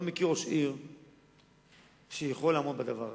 לא מכיר ראש עיר שיכול לעמוד בזה.